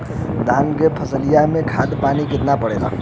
धान क फसलिया मे खाद पानी कितना पड़े ला?